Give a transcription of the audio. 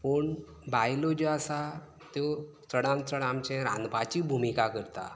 पूण बायलो ज्यो आसा त्यो चडान चड आमचें रांदपाची भुमिका करतात